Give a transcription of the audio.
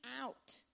out